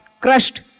crushed